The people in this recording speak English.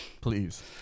please